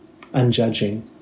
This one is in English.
unjudging